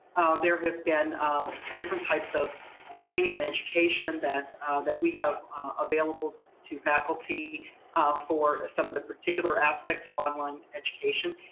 there have been different types of training and education that that we have available to faculty for some of the particular aspects of online education.